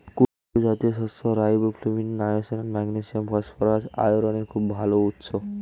কুট্টু জাতীয় শস্য riboflavin, niacin, magnesium, phosphorus, আয়রনের খুব ভাল উৎস